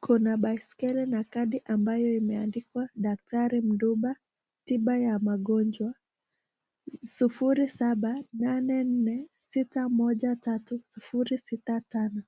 Kuna baiskeli na kadi ambayo imeandikwa; Daktari Mduba, tiba ya magonjwa, 0784613065,